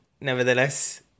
nevertheless